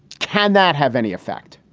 can that have any effect?